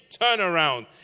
turnaround